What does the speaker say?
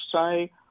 say